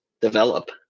develop